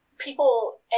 people